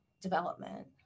development